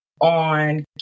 on